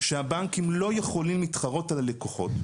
שהבנקים לא יכולים להתחרות על הלקוחות,